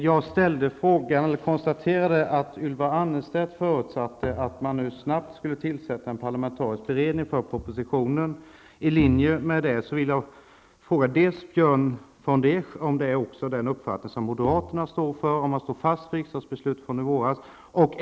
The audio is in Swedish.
Jag konstaterar att Ylva Annerstedt förutsätter att man nu snabbt tillsätter en parlamentarisk beredning. I linje med det vill jag fråga Björn von der Esch om det också är den uppfattning som moderaterna står för, dvs. om de står fast vid riksdagsbeslutet från i våras.